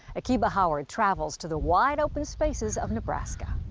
akiba howard travels to the wide open spaces of nebraska.